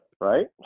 Right